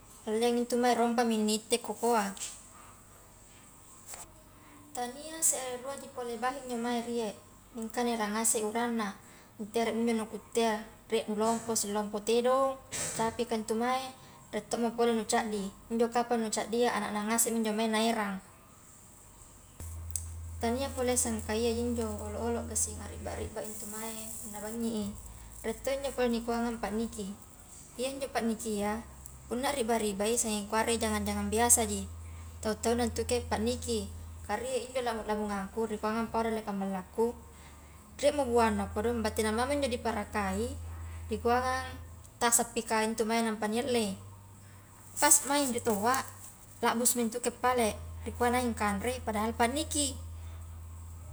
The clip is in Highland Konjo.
Alleang intu mange rompami ni itte kokoa, tania serre ruaji pole bahi njo mange rie mingka naerang ngase uranna, nu teremi injo na kuttea rie nu lompo si lompo tedong, capika ntu mae, rie to mo pole nu caddi, injo kapang nu caddia ananakna ngasengmi injo mae naerang, tania pole sangka iyaji injo olo-olo ngasing a ribba-ribba intu mae punna bangi i, rie to njo pole nikuanga pa niki, iya njo pa nikia punna ribba-ribba i sanging kuarae jangang-jangang biasaji tau-tauna ntuke pa niki, ka rie injo lamo-lamongangku ri kuangang pao ri dallekang ballakku, riemo buana kodong batena mao njo diparakai rikuangang tasappi ka intu mange nampa ni allei, pas maing ri toa labbusumi ntuke pale rikua nai nganrei padahal pa niki.